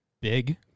big